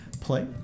play